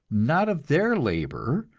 not of their labor,